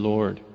Lord